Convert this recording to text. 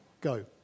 Go